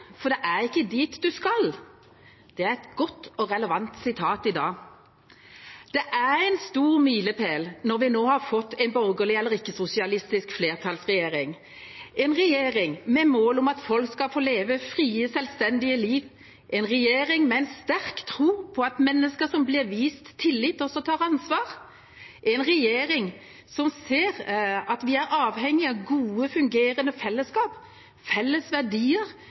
tilbake, det er ikke dit du skal.» Det er et godt og relevant sitat i dag. Det er en stor milepæl når vi nå har fått en borgerlig, eller ikke-sosialistisk, flertallsregjering – en regjering med mål om at folk skal få leve frie, selvstendige liv, en regjering med en sterk tro på at mennesker som blir vist tillit, også tar ansvar, en regjering som ser at vi er avhengige av gode, fungerende fellesskap, med felles verdier